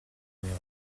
merde